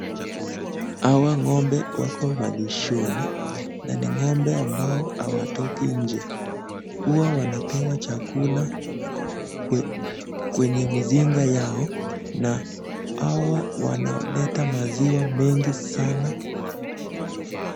Hawa ng'ombe wako malishoni na ni ng'ombe ambao hawatoki nje. Huwa wanapewa chakula kwenye mizinga yao na hawa waneleta maziwa mengi sana.